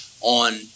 on